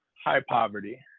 high poverty.